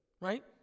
right